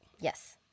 Yes